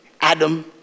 Adam